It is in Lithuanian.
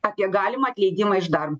apie galimą atleidimą iš dar